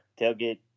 Tailgate